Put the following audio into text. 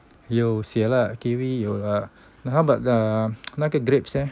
有写了 kiwi 有了 then how about uh 那个 grapes leh